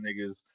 niggas